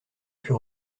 pût